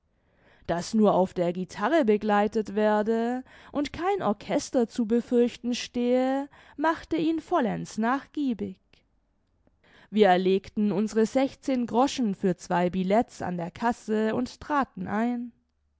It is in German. daß nur auf der guitare begleitet werde und kein orchester zu befürchten stehe machte ihn vollends nachgiebig wir erlegten unsere sechszehn groschen für zwei billets an der kasse und traten ein